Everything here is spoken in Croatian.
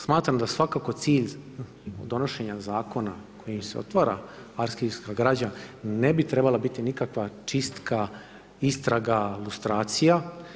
Smatram da svakako cilj donošenja zakona kojim se otvara arhivska građa ne bi trebala biti nikakva čistka, istraga, lustracija.